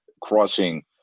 crossing